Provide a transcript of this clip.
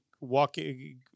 walking